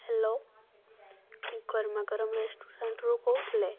hello ଗରମା ଗରମ ରେଷ୍ଟୁରାଣ୍ଟ୍ରୁ କହୁଥିଲେ